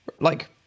Like-